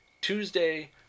Tuesday